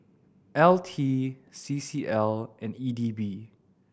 L T C C L and E D B